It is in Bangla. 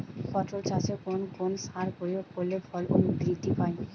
পটল চাষে কোন কোন সার প্রয়োগ করলে ফলন বৃদ্ধি পায়?